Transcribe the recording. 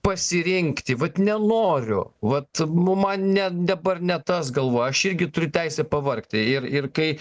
pasirinkti vat nenoriu vat mum man ne dabar ne tas galvoj aš irgi turiu teisę pavargti ir ir kai